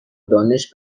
دانش